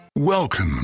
Welcome